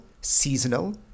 seasonal